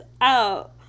out